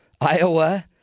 Iowa